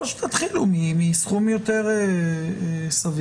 או שתתחילו מסכום יותר סביר.